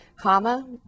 comma